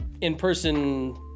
in-person